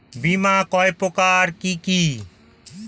বীমা কয় প্রকার কি কি?